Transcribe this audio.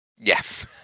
Yes